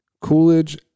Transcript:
Coolidge